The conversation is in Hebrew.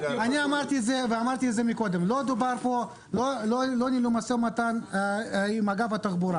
אני אמרתי מקודם שלא ניהלו משא ומתן עם אגף התחבורה.